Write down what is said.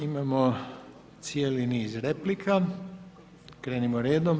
Imamo cijeli niz replika, krenimo redom.